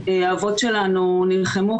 האבות שלנו נלחמו,